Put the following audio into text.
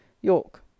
york